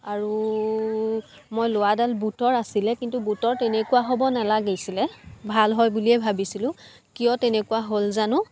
আৰু মই লোৱাডাল বুটৰ আছিলে কিন্তু বুটৰ তেনেকুৱা হ'ব নালাগিছিলে ভাল হয় বুলিয়ে ভাবিছিলোঁ কিয় তেনেকুৱা হ'ল জানো